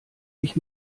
ich